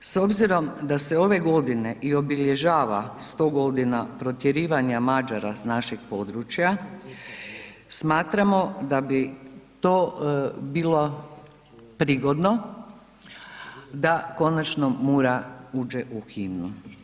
S obzirom da se ove godine i obilježava 100 godina protjerivanja Mađara s našeg područja, smatramo da bi to bilo prigodno da konačno Mura uđe u himnu.